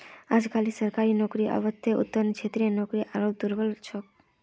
अजकालित सरकारी नौकरीर अभाउत वित्तेर क्षेत्रत नौकरी आरोह दुर्लभ छोक